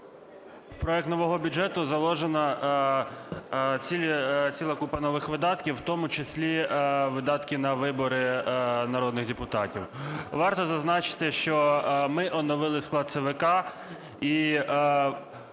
В проект нового бюджету заложена ціла купа нових видатків, в тому числі видатки на вибори народних депутатів. Варто зазначити, що ми оновили склад ЦВК